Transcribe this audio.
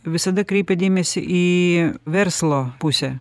visada kreipėt dėmesį į verslo pusę